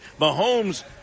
Mahomes